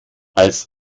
als